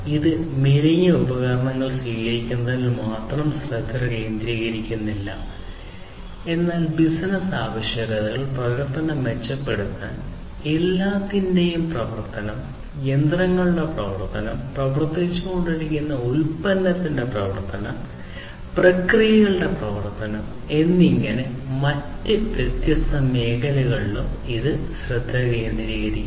ഇത് മെലിഞ്ഞ ഉപകരണങ്ങൾ സ്വീകരിക്കുന്നതിൽ മാത്രം ശ്രദ്ധ കേന്ദ്രീകരിക്കുന്നില്ല എന്നാൽ ബിസിനസ്സ് ആവശ്യകതകൾ പ്രവർത്തനം മെച്ചപ്പെടുത്തൽ എല്ലാത്തിന്റെയും പ്രവർത്തനം യന്ത്രങ്ങളുടെ പ്രവർത്തനം വികസിപ്പിച്ചുകൊണ്ടിരിക്കുന്ന ഉൽപ്പന്നത്തിന്റെ പ്രവർത്തനം പ്രക്രിയകളുടെ പ്രവർത്തനം എന്നിങ്ങനെയുള്ള മറ്റ് വ്യത്യസ്ത മേഖലകളിലും ഇത് ശ്രദ്ധ കേന്ദ്രീകരിക്കുന്നു